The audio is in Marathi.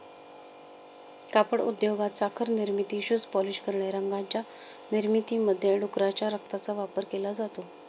कापड उद्योगात, साखर निर्मिती, शूज पॉलिश करणे, रंगांच्या निर्मितीमध्ये डुकराच्या रक्ताचा वापर केला जातो